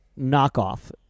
knockoff